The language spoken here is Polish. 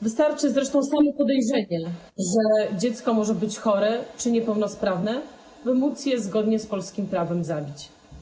Wystarczy zresztą samo podejrzenie, że dziecko może być chore czy niepełnosprawne, by móc je zgodnie z polskim prawem zabić.